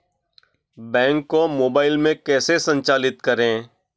Bank को mobile में कैसे संचालित करें?